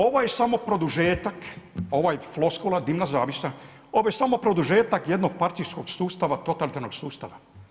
Ovo je samo produžetak ovo je floskula dimna zavjesa, ovo je samo produžetak jednopartijskog sustava, totalitarnog sustava.